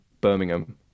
Birmingham